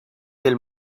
del